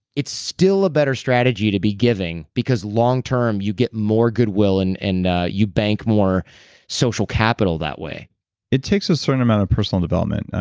it's still a better strategy to be giving because long term you get more good will, and and you bank more social capital that way it takes a certain amount of personal development.